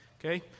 okay